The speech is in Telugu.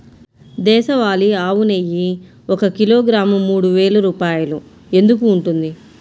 దేశవాళీ ఆవు నెయ్యి ఒక కిలోగ్రాము మూడు వేలు రూపాయలు ఎందుకు ఉంటుంది?